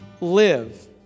live